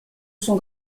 son